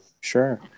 Sure